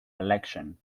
election